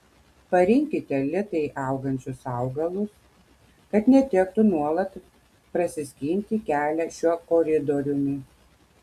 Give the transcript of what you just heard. parinkite lėtai augančius augalus kad netektų nuolat prasiskinti kelią šiuo koridoriumi